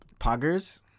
Poggers